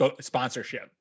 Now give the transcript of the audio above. sponsorship